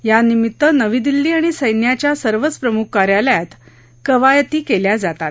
यानिमित्त नवी दिल्ली आणि सच्चिच्या सर्वच प्रमुख कार्यालयात कवायती केल्या जातात